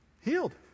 Healed